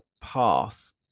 path